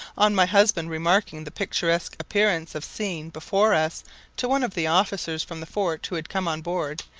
on my husband remarking the picturesque appearance of scene before us to one of the officers from the fort who had come on board,